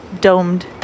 domed